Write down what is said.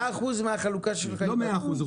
לא 100 אחוזים.